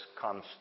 comes